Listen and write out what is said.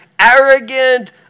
arrogant